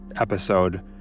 episode